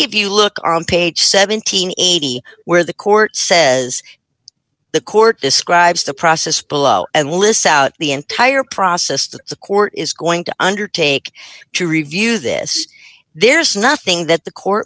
if you look on page seven hundred and eighty where the court says the court describes the process below and lists out the entire process that the court is going to undertake to review this there is nothing that the court